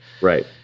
Right